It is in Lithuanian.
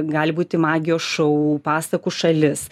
gali būti magijos šou pasakų šalis